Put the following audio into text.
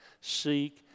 seek